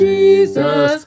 Jesus